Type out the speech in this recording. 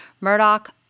Murdoch